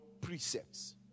precepts